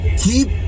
keep